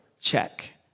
check